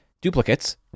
duplicates